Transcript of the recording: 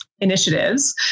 initiatives